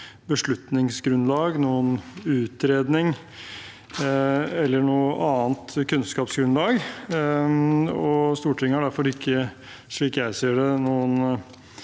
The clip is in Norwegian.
beslutningsgrunnlag, noen utredning eller noe annet kunnskapsgrunnlag. Stortinget har derfor ikke,